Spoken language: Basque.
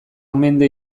mende